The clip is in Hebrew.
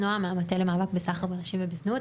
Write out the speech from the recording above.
נעם מהמטה למאבק בסחר בנשים ובזנות.